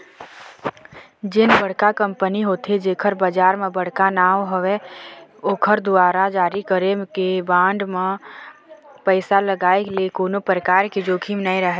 जेन बड़का कंपनी होथे जेखर बजार म बड़का नांव हवय ओखर दुवारा जारी करे गे बांड म पइसा लगाय ले कोनो परकार के जोखिम नइ राहय